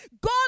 God